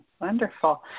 Wonderful